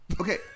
Okay